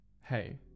hey